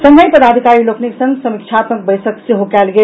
संगहि पदाधिकारी लोकनिक संग समीक्षात्मक बैसक सेहो कयल गेल